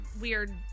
weird